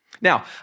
Now